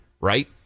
right